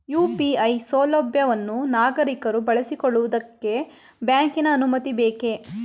UPI ಸೌಲಭ್ಯವನ್ನು ನಾಗರಿಕರು ಬಳಸಿಕೊಳ್ಳುವುದಕ್ಕೆ ಬ್ಯಾಂಕಿನ ಅನುಮತಿ ಬೇಕೇ?